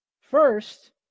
First